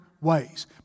ways